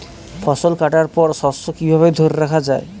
ফসল কাটার পর শস্য কিভাবে ধরে রাখা য়ায়?